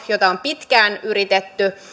jota on pitkään yritetty ja